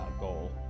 goal